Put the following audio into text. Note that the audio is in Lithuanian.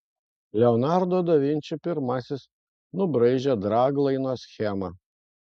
leonardo da vinči pirmasis nubraižė draglaino schemą